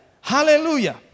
Hallelujah